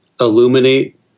illuminate